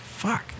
Fuck